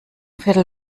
viertel